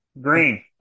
Green